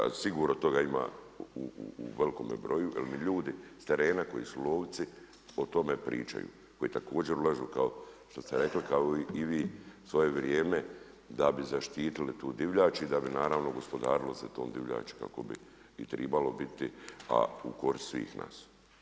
A sigurno toga ima u velikome broju jer mi ljudi s terena koji su lovci o tome pričaju, koji također ulažu kao što ste rekli kao i vi svoje vrijeme da bi zaštitili tu divljač i da bi naravno gospodarilo se tom divljači kako bi i trebalo biti a u korist svih nas.